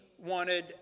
wanted